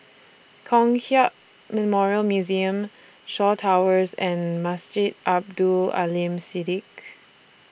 Kong Hiap Memorial Museum Shaw Towers and Masjid Abdul Aleem Siddique